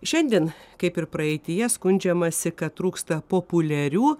šiandien kaip ir praeityje skundžiamasi kad trūksta populiarių